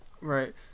right